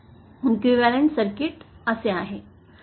equivalent circuit असे आहे